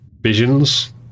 visions